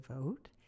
vote